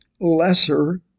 lesser